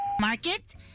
market